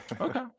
Okay